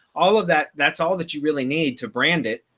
all of that, that's all that you really need to brand it.